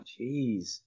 Jeez